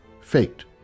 faked